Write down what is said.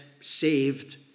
saved